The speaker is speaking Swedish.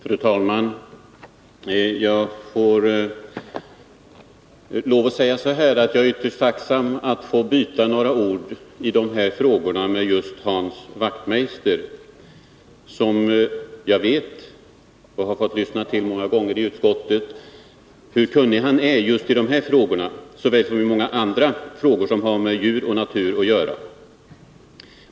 Fru talman! Jag får lov att säga att jag är ytterst tacksam att få byta några ord i de här frågorna med just Hans Wachtmeister. Jag vet hur kunnig han är — jag har lyssnat till honom många gånger i utskottet — i de här frågorna, liksom i många andra frågor som har med djur och natur att göra.